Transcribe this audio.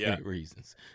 reasons